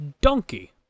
donkey